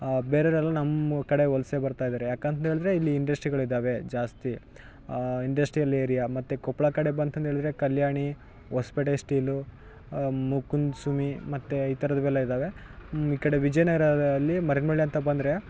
ಬೇರೆಯೋರೆಲ್ಲ ನಮ್ಮ ಕಡೆ ವಲಸೆ ಬರ್ತಾ ಇದಾರೆ ಯಾಕಂತಂದೇಳಿದ್ರೆ ಇಲ್ಲಿ ಇಂಡಸ್ಟ್ರಿಗಳಿದಾವೆ ಜಾಸ್ತಿ ಇಂಡಸ್ಟ್ರಿಯಲ್ ಏರಿಯಾ ಮತ್ತು ಕೊಪ್ಪಳ ಕಡೆ ಬಂತಂದು ಹೇಳಿದ್ರೆ ಕಲ್ಯಾಣಿ ಹೊಸ್ಪೇಟೆ ಸ್ಟೀಲು ಮುಕುಂದ್ಸುಮಿ ಮತ್ತು ಈ ಥರದ್ವೆಲ್ಲ ಇದಾವೆ ಈ ಕಡೆ ವಿಜಯನಗರದಲ್ಲಿ ಮರಿಯಮ್ನಳ್ಳಿ ಅಂತ ಬಂದರೆ